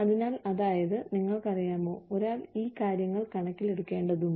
അതിനാൽ അതായത് നിങ്ങൾക്കറിയാമോ ഒരാൾ ഈ കാര്യങ്ങൾ കണക്കിലെടുക്കേണ്ടതുണ്ട്